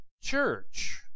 church